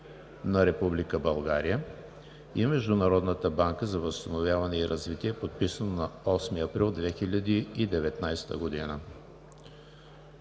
България и Международната банка за възстановяване и развитие, подписано на 8 април 2019 г.